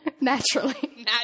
Naturally